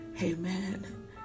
amen